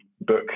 book